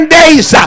days